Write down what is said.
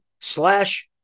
slash